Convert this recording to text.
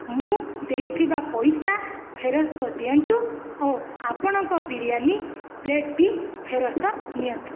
ମୁଁ ଦେଇଥିବା ପଇସା ଫେରସ୍ତ ଦିଅନ୍ତୁ ଓ ଆପଣଙ୍କ ବିରିୟାନୀ ପ୍ଳେଟ୍ଟି ଫେରସ୍ତ ନିଅନ୍ତୁ